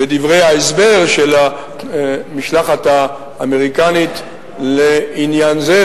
בדברי ההסבר של המשלחת האמריקנית לעניין זה,